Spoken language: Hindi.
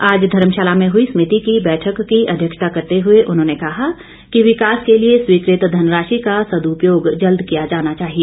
आज धर्मशाला में हुई समिति की बैठक की अध्यक्षता करते हुए उन्होंने कहा कि विकास के लिए स्वीकृत धनराशि का सदृपयोग जल्द किया जाना चाहिए